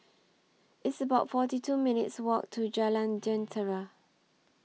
It's about forty two minutes' Walk to Jalan Jentera